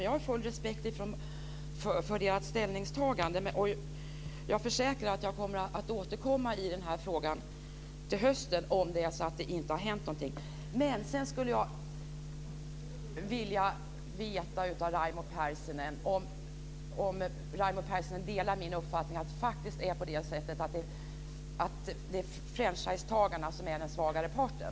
Jag har full respekt för ställningstagandet men jag försäkrar att jag till hösten återkommer i frågan om ingenting har hänt. Delar Raimo Pärssinen min uppfattning att det faktiskt är franchisetagarna som är den svagare parten?